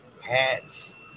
hats